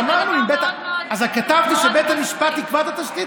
כתבתי שבית המשפט יקבע את התשתית,